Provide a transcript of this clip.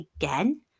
again